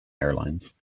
airlines